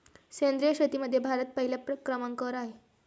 सेंद्रिय शेतीमध्ये भारत पहिल्या क्रमांकावर आहे